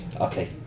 okay